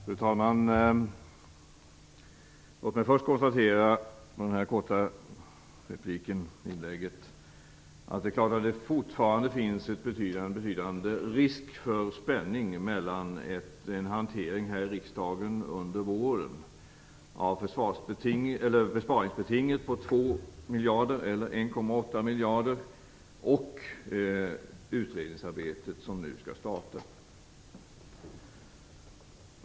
Fru talman! Låt mig först konstatera i detta korta inlägg att det är klart att det fortfarande finns en betydande risk för spänning mellan en hantering här i riksdagen under våren av besparingsbetinget på 2 eller 1,8 miljarder och det utredningsarbete som nu skall starta.